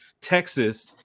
Texas